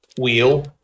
wheel